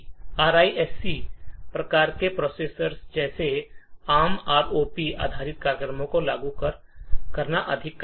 RISC प्रकार के processor जैसे एआरएम आरओपी आधारित कार्यक्रमों को लागू करना अधिक कठिन है